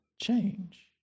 change